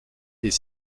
est